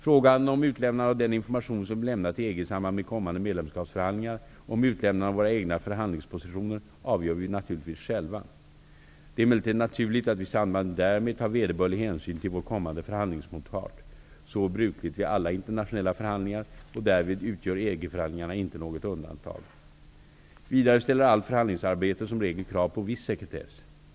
Frågan om utlämnande av den information som vi lämnar till EG i samband med kommande medlemskapsförhandlingar och om utlämnande av våra egna förhandlingspositioner avgör vi naturligtvis själva. Det är emellertid naturligt att vi i samband därmed tar vederbörlig hänsyn till vår kommande förhandlingsmotpart. Så är brukligt vid alla internationella förhandlingar och därvidlag utgör EG-förhandlingarna inte något undantag. Vidare ställer allt förhandlingsarbete som regel krav på viss sekretess.